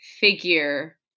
figure